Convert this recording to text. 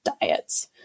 diets